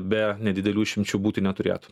be nedidelių išimčių būti neturėtų